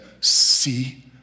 see